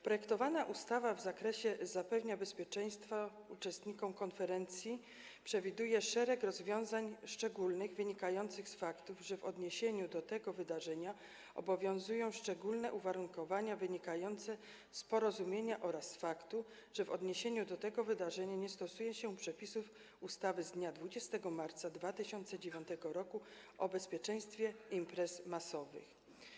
Projektowana ustawa w zakresie zapewnienia bezpieczeństwa uczestnikom konferencji przewiduje szereg rozwiązań szczególnych, wynikających z faktu, że w odniesieniu do tego wydarzenia obowiązują szczególne uwarunkowania wynikające z porozumienia oraz faktu, że w odniesieniu do tego wydarzenia nie stosuje się przepisów ustawy z dnia 20 marca 2009 r. o bezpieczeństwie imprez masowych.